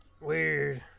Weird